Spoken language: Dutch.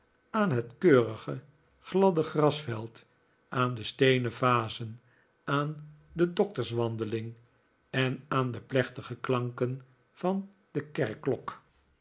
aan het keurige gladde grasveld aan de steenen vazen aan de doctors wandeling en aan de plechtige klanken van de